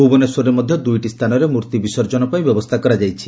ଭୁବନେଶ୍ୱରରେ ମଧ୍ଧ ଦୁଇଟି ସ୍ଥାନରେ ମୂର୍ଭି ବିସର୍ଜନ ପାଇଁ ବ୍ୟବସ୍କା କରାଯାଇଛି